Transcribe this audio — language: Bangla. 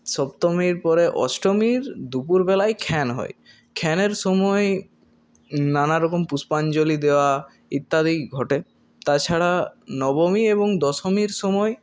সপ্তমীর পরে অষ্টমীর দুপুরবেলায় খ্যান হয় খ্যানের সময়ে নানারকম পুষ্পাঞ্জলি দেওয়া ইত্যাদি ঘটে তাছাড়া নবমী এবং দশমীর সময়ে